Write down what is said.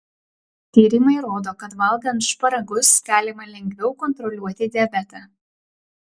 tyrimai rodo kad valgant šparagus galima lengviau kontroliuoti diabetą